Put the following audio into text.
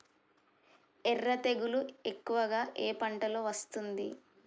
ఎర్ర తెగులు ఎక్కువగా ఏ పంటలో వస్తుంది?